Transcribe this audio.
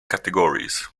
categories